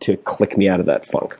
to click me out of that funk.